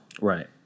Right